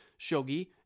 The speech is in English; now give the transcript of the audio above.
shogi